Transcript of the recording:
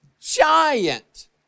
giant